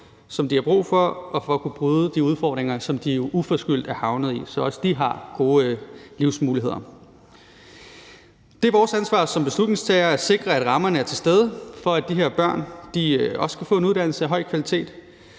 som de har brug for for at kunne bryde de udfordringer, som de jo uforskyldt er havnet i, så også de har gode livsmuligheder. Det er vores ansvar som beslutningstagere at sikre, at rammerne er til stede for, at de her børn også kan få en uddannelse af høj kvalitet,